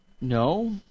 No